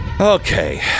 Okay